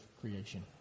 creation